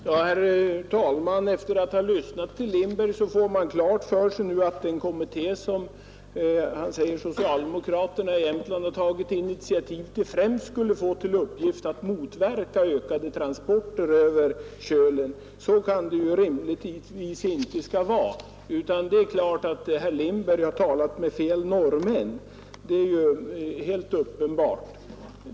Herr talman! Efter att ha lyssnat till herr Lindberg får man klart för sig att kommittén — som han säger att socialdemokraterna i Jämtland tagit initiativ till — främst skulle få till uppgift att motverka ökade transporter över Kölen. Så kan det inte vara. Herr Lindberg har talat med fel norrmän, det är ju helt uppenbart.